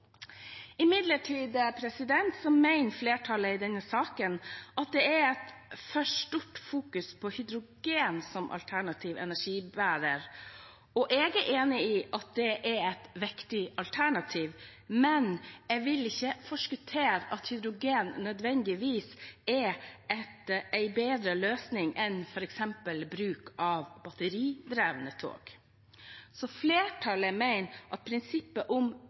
Imidlertid mener flertallet i denne saken at det er for mye fokusering på hydrogen som alternativ energibærer. Jeg er enig i at det er et viktig alternativ, men jeg vil ikke forskuttere at hydrogen nødvendigvis er en bedre løsning enn f.eks. bruk at batteridrevne tog. Flertallet mener at prinsippet om